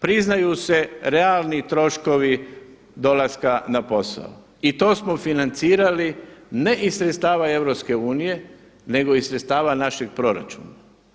Priznaju se realni troškovi dolaska na posao i to smo financirali, ne iz sredstava EU nego iz sredstava našeg proračuna.